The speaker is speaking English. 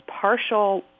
partial